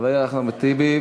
חבר הכנסת אחמד טיבי,